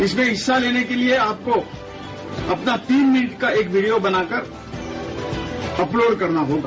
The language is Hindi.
इसमें हिस्सा लेने के लिए आपको अपना तीन मिनट का एक वीडियो बनाकर अपलोड करना होगा